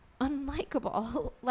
unlikable